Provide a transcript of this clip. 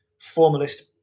formalist